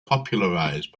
popularized